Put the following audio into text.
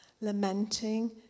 Lamenting